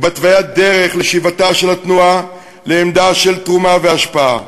ובהתוויית דרך לשיבתה של התנועה לעמדה של תרומה והשפעה,